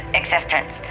existence